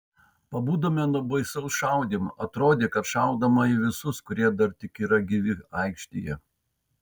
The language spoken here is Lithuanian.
pabudome nuo baisaus šaudymo atrodė kad šaudoma į visus kurie dar tik yra gyvi aikštėje